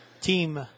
Team